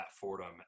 Fordham